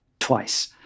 twice